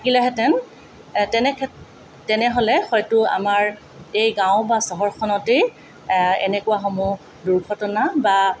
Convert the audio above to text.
থাকিলেহেঁতেন তেনে ক্ষে তেনেহ'লে হয়তো আমাৰ এই গাঁও বা চহৰখনতেই এনেকুৱাসমূহ দূৰ্ঘটনা বা